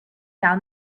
down